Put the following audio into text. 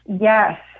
Yes